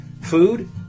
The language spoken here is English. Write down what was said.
Food